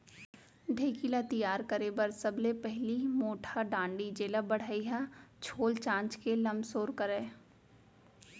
ढेंकी ल तियार करे बर सबले पहिली मोटहा डांड़ी जेला बढ़ई ह छोल चांच के लमसोर करय